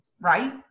right